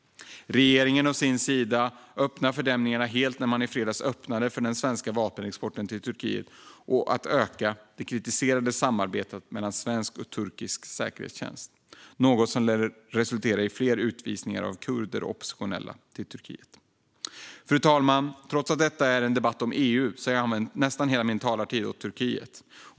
Regeringen å sin sida öppnade fördämningarna helt när de i fredags öppnade för den svenska vapenexporten till Turkiet och för att öka det kritiserade samarbetet mellan svensk och turkisk säkerhetstjänst. Det är något som lär resultera i fler utvisningar av kurder och oppositionella till Turkiet. Fru talman! Trots att detta är en debatt om EU har jag använt nästan hela min talartid åt Turkiet.